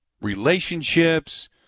relationships